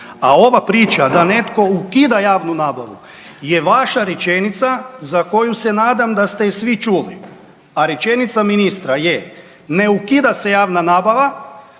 A ova priča da netko ukida javnu nabavu je vaša rečenica za koju se nadam da ste je svi čuli. A rečenica ministra je, ne ukida se javna nabava,